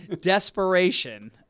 desperation